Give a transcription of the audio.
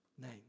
name